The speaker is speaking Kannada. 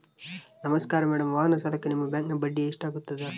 ನಮಸ್ಕಾರ ಮೇಡಂ ವಾಹನ ಸಾಲಕ್ಕೆ ನಿಮ್ಮ ಬ್ಯಾಂಕಿನ್ಯಾಗ ಬಡ್ಡಿ ಎಷ್ಟು ಆಗ್ತದ?